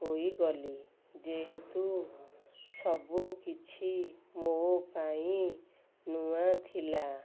ହୋଇଗଲି ଯେହେତୁ ସବୁକିଛି ମୋ ପାଇଁ ନୂଆ ଥିଲା